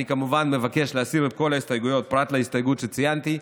אני כמובן מבקש להסיר את כל ההסתייגויות פרט להסתייגות שציינתי,